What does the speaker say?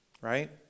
right